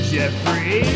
Jeffrey